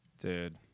Dude